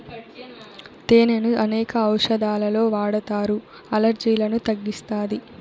తేనెను అనేక ఔషదాలలో వాడతారు, అలర్జీలను తగ్గిస్తాది